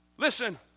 Listen